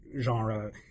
genre